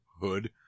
Hood